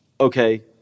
okay